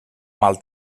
mal